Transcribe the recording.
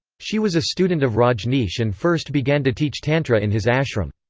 she was a student of rajneesh and first began to teach tantra in his ashram.